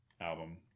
album